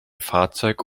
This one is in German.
fahrzeug